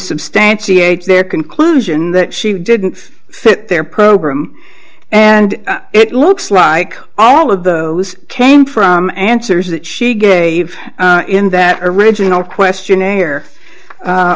substantiate their conclusion that she didn't fit their program and it looks like all of those came from answers that she gave in that original questionnaire